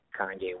Kanye